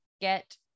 get